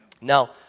Now